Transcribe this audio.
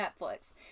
Netflix